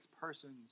persons